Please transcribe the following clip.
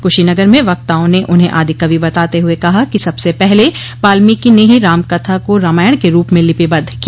कुशीनगर में वक्ताओं ने उन्हें आदिकवि बताते हुए कहा कि सबसे पहले बाल्मीकि ने ही रामकथा को रामायण के रूप में लिपिबद्ध किया